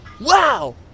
Wow